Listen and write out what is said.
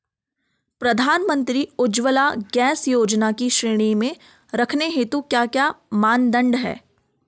प्रधानमंत्री उज्जवला गैस योजना की श्रेणी में रखने हेतु क्या क्या मानदंड है?